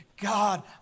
God